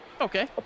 Okay